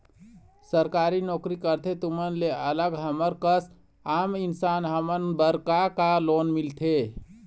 सरकारी नोकरी करथे तुमन ले अलग हमर कस आम इंसान हमन बर का का लोन मिलथे?